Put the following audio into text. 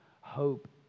Hope